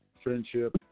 Friendship